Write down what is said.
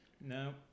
No